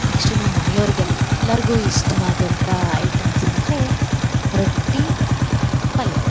next ನಮ್ಮ ಮನೆಯವರಿಗೆಲ್ಲಾರ್ಗೂ ಇಷ್ಟವಾದಂಥ ಐಟೆಮ್ಸ್ ಅಂದರೆ ರೊಟ್ಟಿ ಪಲ್ಯ